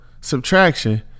subtraction